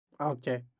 Okay